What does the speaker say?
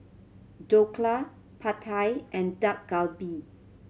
Dhokla Pad Thai and Dak Galbi